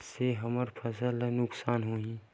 से हमर फसल ला नुकसान होही?